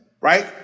Right